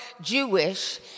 Jewish